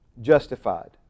Justified